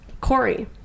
Corey